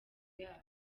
yabo